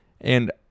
and-